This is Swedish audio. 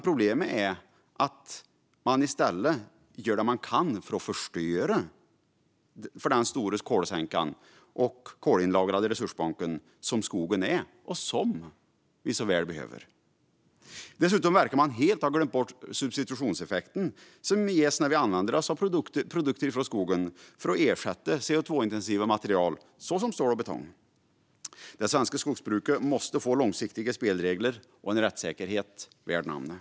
Problemet är att de i stället gör det de kan för att förstöra för den stora kolsänka och kolinlagrande resursbank som skogen är och som vi så väl behöver. Dessutom verkar de helt ha glömt bort substitutionseffekten som ges när vi använder oss av produkter från skogen för att ersätta CO2-intensiva material som stål och betong. Det svenska skogsbruket måste få långsiktiga spelregler och en rättssäkerhet värd namnet.